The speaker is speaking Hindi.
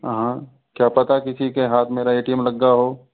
हाँ क्या पता किसी के हाथ मेरा ए टी एम लग गा हो